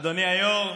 אדוני היו"ר,